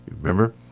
remember